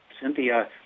Cynthia